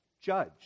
judge